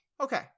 okay